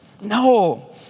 No